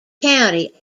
county